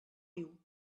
diu